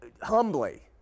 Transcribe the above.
humbly